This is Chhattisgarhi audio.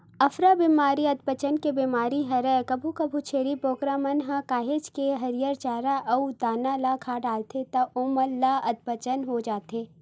अफारा बेमारी अधपचन के बेमारी हरय कभू कभू छेरी बोकरा मन ह काहेच के हरियर चारा अउ दाना ल खा डरथे त ओमन ल अधपचन हो जाथे